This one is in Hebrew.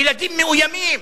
ילדים מאוימים,